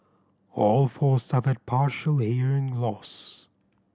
all four suffered partial hearing loss